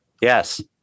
yes